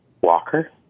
walker